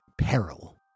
peril